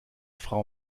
frau